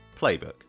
playbook